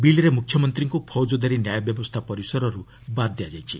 ବିଲ୍ରେ ମୁଖ୍ୟମନ୍ତ୍ରୀଙ୍କୁ ଫୌଜଦାରୀ ନ୍ୟାୟ ବ୍ୟବସ୍ଥା ପରିସରରୁ ବାଦ୍ ଦିଆଯାଇଛି